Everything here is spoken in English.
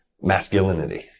masculinity